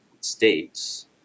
states